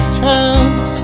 chance